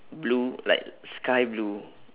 blue like sky blue